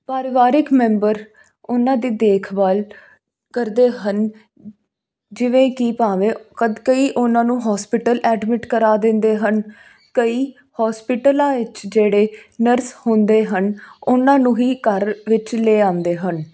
ਪਰਿਵਾਰਿਕ ਮੈਂਬਰ ਉਹਨਾਂ ਦੀ ਦੇਖਭਾਲ ਕਰਦੇ ਹਨ ਜਿਵੇਂ ਕਿ ਭਾਵੇਂ ਕਦ ਕਈ ਉਹਨਾਂ ਨੂੰ ਹੋਸਪਿਟਲ ਐਡਮਿਟ ਕਰਵਾ ਦਿੰਦੇ ਹਨ ਕਈ ਹੋਸਪਿਟਲਾਂ ਵਿੱਚ ਜਿਹੜੇ ਨਰਸ ਹੁੰਦੇ ਹਨ ਉਹਨਾਂ ਨੂੰ ਹੀ ਘਰ ਵਿੱਚ ਲਿਆਉਂਦੇ ਹਨ